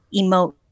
emote